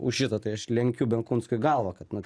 už šitą tai aš lenkiu benkunskui galvą kad na